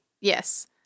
yes